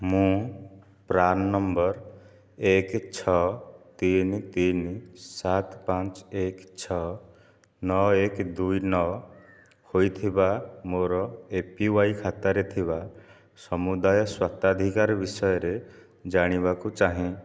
ମୁଁ PRAN number ଏକ ଛଅ ତିନି ତିନି ସାତ ପାଞ୍ଚ ଏକ ଛଅ ନଅ ଏକ ଦୁଇ ନଅ ହୋଇଥିବା ମୋ'ର ଏପିୱାଇ ଖାତାରେ ଥିବା ସମୁଦାୟ ସ୍ୱତ୍ୱାଧିକାର ବିଷୟରେ ଜାଣିବାକୁ ଚାହେଁ